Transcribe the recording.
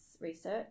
research